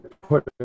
put